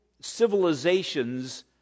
civilizations